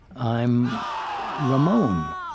i'm ramon,